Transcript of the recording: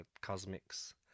Cosmics